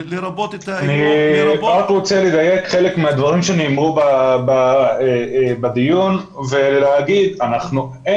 אני רק רוצה לדייק חלק מהדברים שנאמרו בדיון ולהגיד שאין